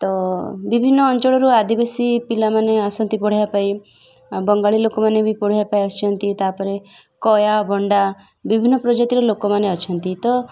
ତ ବିଭିନ୍ନ ଅଞ୍ଚଳରୁ ଆଦିବାସୀ ପିଲାମାନେ ଆସନ୍ତି ପଢ଼ିବା ପାଇଁ ବଙ୍ଗାଳୀ ଲୋକମାନେ ବି ପଢ଼ିବା ପାଇଁ ଆସିଛନ୍ତି ତା'ପରେ କୟା ବଣ୍ଡା ବିଭିନ୍ନ ପ୍ରଜାତିର ଲୋକମାନେ ଅଛନ୍ତି ତ